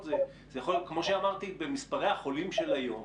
כמו שאמרתי, במספרי החולים של היום,